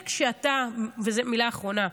ומילה אחרונה.